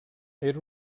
era